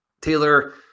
Taylor